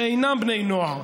שאינם בני נוער,